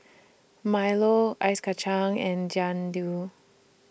Milo Ice Kachang and Jian Dui